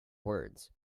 words